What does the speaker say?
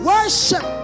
Worship